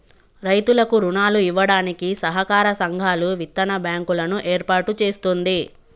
రైతులకు రుణాలు ఇవ్వడానికి సహకార సంఘాలు, విత్తన బ్యాంకు లను ఏర్పాటు చేస్తుంది